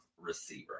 receiver